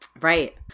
Right